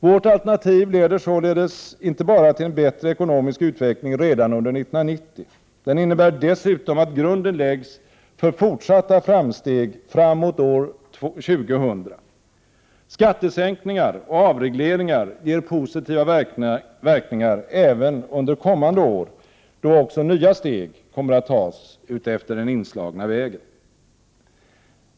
Vårt alternativ leder således inte bara till en bättre ekonomisk utveckling redan under 1990. Det innebär dessutom att grunden läggs för fortsatta framsteg fram mot år 2000. Skattesänkningar och avregleringar ger positiva verkningar även under kommande år, då också nya steg kommer att tas utefter den inslagna vägen.